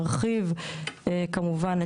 נכון,